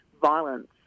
violence